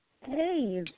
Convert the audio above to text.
Hey